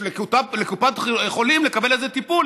לקופת חולים לקבל איזה טיפול,